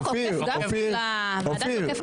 לא ניתן.